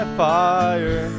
fire